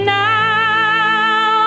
now